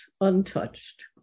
untouched